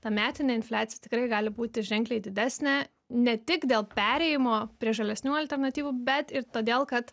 ta metinė infliacija tikrai gali būti ženkliai didesnė ne tik dėl perėjimo prie žalesnių alternatyvų bet ir todėl kad